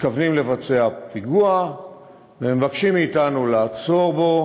מתכוונים לבצע פיגוע והם מבקשים מאתנו לעצור אותו,